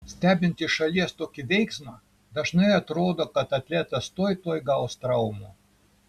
stebint iš šalies tokį veiksmą dažnai atrodo kad atletas tuoj tuoj gaus traumą